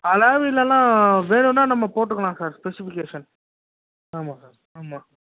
alloy வீலெல்லாம் வேணுன்னால் நம்ம போட்டுக்கலாம் சார் ஸ்பெசிஃபிகேஷன் ஆமாம் சார் ஆமாம்